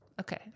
Okay